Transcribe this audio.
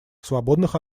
свободных